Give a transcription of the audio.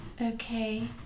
Okay